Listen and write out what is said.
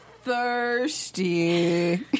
Thirsty